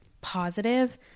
positive